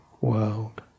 world